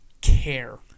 care